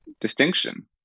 distinction